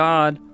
God